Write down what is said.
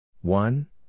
one